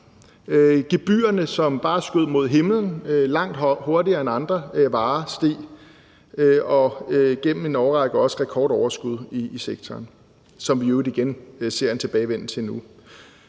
gebyrerne, som bare skød mod himlen, langt hurtigere end andre varer steg; og gennem en årrække også rekordoverskud i sektoren – hvad vi i øvrigt igen ser en tilbagevenden til nu.